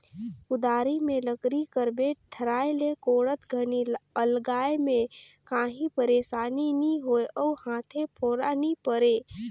कुदारी मे लकरी कर बेठ धराए ले कोड़त घनी अलगाए मे काही पइरसानी नी होए अउ हाथे फोरा नी परे